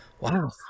wow